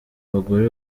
bagore